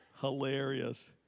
hilarious